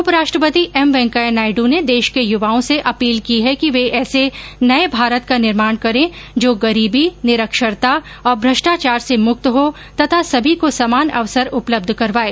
उपराष्ट्रपति एम वैंकेया नायड ने देश के युवाओं से अपील की है कि वे ऐसे नये भारत का निर्माण करें जो गरीबी निरक्षरता और भ्रष्टाचार से मुक्त हो तथा सभी को समान अवसर उपलब्ध करवाये